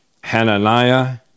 Hananiah